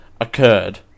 occurred